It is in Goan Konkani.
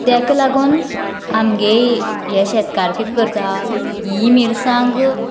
तेका लागून आमगे हे शेतकार कित करता ही मिरसांग